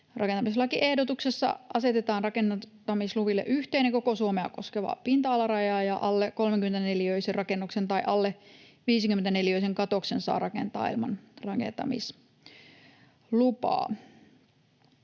Rakentamislakiehdotuksessa asetetaan rakentamisluville yhteinen, koko Suomea koskeva pinta-alaraja, ja alle 30-neliöisen rakennuksen tai alle 50-neliöisen katoksen saa rakentaa ilman rakentamislupaa.